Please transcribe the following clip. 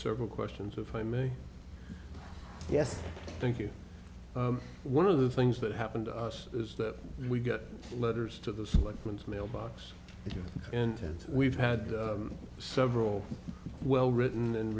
several questions if i may yes thank you one of the things that happened to us is that we get letters to the select winds mailbox and we've had several well written and